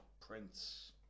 Prince